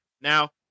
now